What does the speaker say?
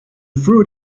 fruit